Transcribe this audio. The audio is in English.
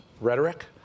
rhetoric